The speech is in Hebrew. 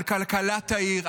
על כלכלת העיר,